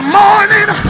morning